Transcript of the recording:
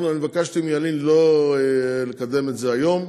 ביקשתי מילין שלא לקדם את זה היום.